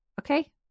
Okay